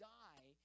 die